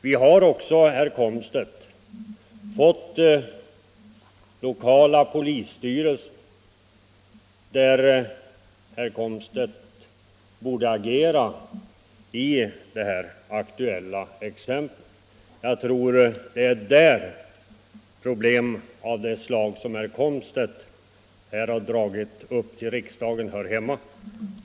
Vi har också, herr Komstedt, den lokala polisstyrelsen, där herr Komstedt borde agera i det aktuella fallet. Jag tror det är där som problem av det slag herr Komstedt har dragit upp här i riksdagen hör hemma.